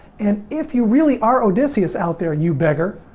and if you really are odysseus out there, you beggar,